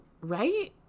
right